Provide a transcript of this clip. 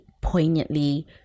poignantly